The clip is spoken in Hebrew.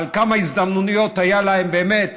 כמה הזדמנויות היו להם באמת